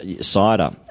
Cider